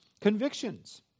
convictions